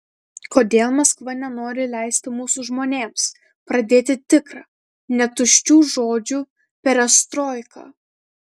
kodėl maskva nenori leisti mūsų žmonėms pradėti tikrą ne tuščių žodžių perestroiką